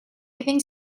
giving